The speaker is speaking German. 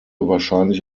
wahrscheinlich